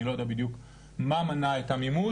אני לא יודע בדיוק מה מנע את המימוש.